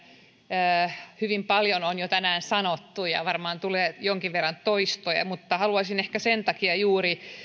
on jo hyvin paljon sanottu ja varmaan tulee jonkin verran toistoja mutta haluaisin ehkä juuri sen takia